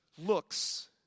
looks